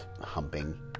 humping